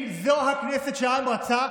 אם זאת הכנסת שהעם רצה,